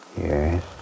Yes